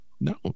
no